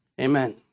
Amen